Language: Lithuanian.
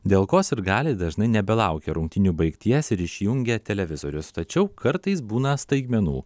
dėl ko sirgaliai dažnai nebelaukė rungtynių baigties ir išjungė televizorius tačiau kartais būna staigmenų